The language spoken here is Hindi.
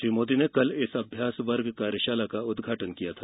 श्री मोदी ने कल अभ्यास वर्ग कार्यशाला का उदघाटन किया था